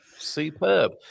Superb